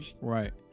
Right